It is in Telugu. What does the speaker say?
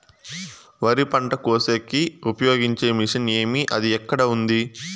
వరి పంట కోసేకి ఉపయోగించే మిషన్ ఏమి అది ఎక్కడ ఉంది?